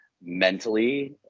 mentally